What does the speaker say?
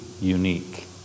unique